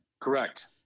Correct